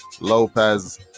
Lopez